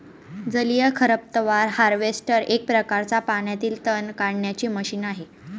जलीय खरपतवार हार्वेस्टर एक प्रकारच पाण्यातील तण काढण्याचे मशीन आहे